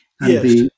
Yes